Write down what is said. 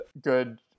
good